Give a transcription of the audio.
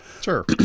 Sure